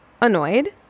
annoyed